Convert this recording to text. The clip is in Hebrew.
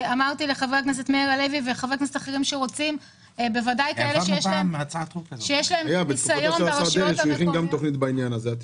חברי כנסת אחרים שיש להם ניסיון מעבודה